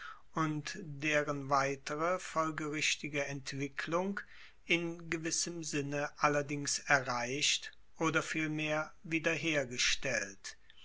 und deren weitere folgerichtige entwicklung in gewissem sinne allerdings erreicht oder vielmehr